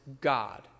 God